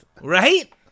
Right